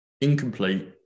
incomplete